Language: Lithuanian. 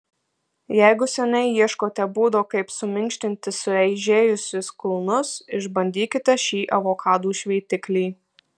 jeigu seniai ieškote būdo kaip suminkštinti sueižėjusius kulnus išbandykite šį avokadų šveitiklį